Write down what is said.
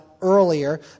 earlier